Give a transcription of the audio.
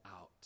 out